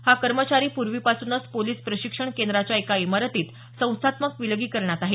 हा कर्मचारी पूर्वीपासूनच पोलीस प्रशिक्षण केंद्राच्या एका इमारतीत संस्थात्मक विलगीकरणात आहे